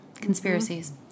Conspiracies